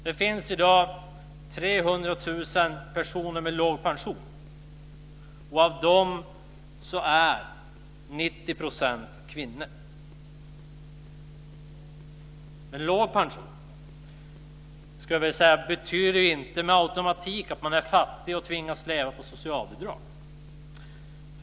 Det finns i dag 300 000 personer med låg pension, och av dem är 90 % kvinnor. Låg pension betyder dock inte, skulle jag vilja säga, med automatik att man är fattig och tvingas leva på socialbidrag.